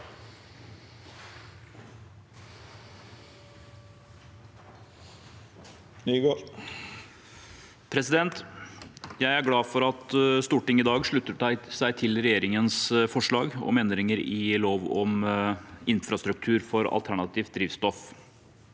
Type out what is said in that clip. Jeg er glad for at Stortinget i dag slutter seg til regjeringens forslag om endringer i lov om infrastruktur for alternativt drivstoff.